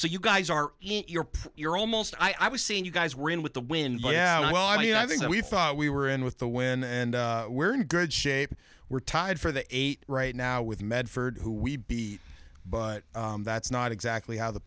so you guys are you're you're almost i was seeing you guys were in with the wind but yeah well i mean i think that we thought we were in with the win and we're in good shape we're tied for the eight right now with medford who we beat but that's not exactly how the